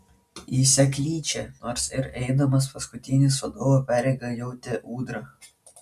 į seklyčią nors ir eidamas paskutinis vadovo pareigą jautė ūdra